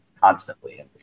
constantly